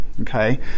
okay